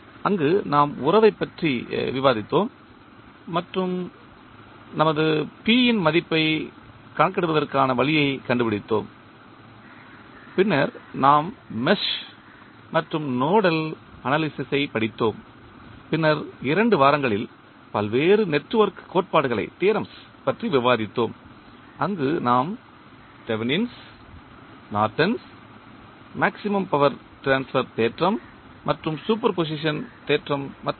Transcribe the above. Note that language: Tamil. அங்கு நாம் உறவைப் பற்றி விவாதித்தோம் மற்றும் அவர் P இன் மதிப்பைக் கணக்கிடுவதற்கான வழியைக் கண்டுபிடித்தோம் பின்னர் நாம் மெஷ் மற்றும் நோடல் அனாலிசிஸ் ஐப் படித்தோம் பின்னர் இரண்டு வாரங்களில் பல்வேறு நெட்வொர்க் கோட்பாடுகளைப் பற்றி விவாதித்தோம் அங்கு நாம் Thevenin Thevenin's Norton Norton's maximum power transfer தேற்றம் மற்றும் சூப்பர் பொசிஷன் தேற்றம் மற்றும் பல